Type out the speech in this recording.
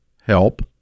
help